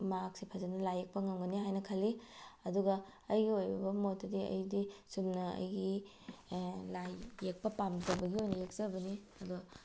ꯃꯍꯥꯛꯁꯦ ꯐꯖꯅ ꯂꯥꯏ ꯌꯦꯛꯄ ꯉꯝꯒꯅꯤ ꯍꯥꯏꯅ ꯈꯜꯂꯤ ꯑꯗꯨꯒ ꯑꯩꯒꯤ ꯑꯣꯏꯕ ꯃꯣꯠꯇꯗꯤ ꯑꯩꯗꯤ ꯆꯨꯝꯅ ꯑꯩꯒꯤ ꯂꯥꯏꯌꯦꯛꯄ ꯄꯥꯝꯖꯕꯒꯤ ꯑꯣꯏꯅ ꯌꯦꯛꯆꯕꯅꯤ ꯑꯗꯣ